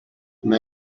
may